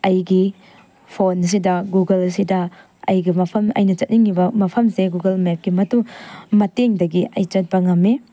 ꯑꯩꯒꯤ ꯐꯣꯟꯁꯤꯗ ꯒꯨꯒꯜꯁꯤꯗ ꯑꯩꯒꯤ ꯃꯐꯝ ꯑꯩꯅ ꯆꯠꯅꯤꯡꯉꯤꯕ ꯃꯐꯝꯁꯦ ꯒꯨꯒꯜ ꯃꯦꯞꯀꯤ ꯃꯇꯨꯡ ꯃꯇꯦꯡꯗꯒꯤ ꯑꯩ ꯆꯠꯄ ꯉꯝꯃꯤ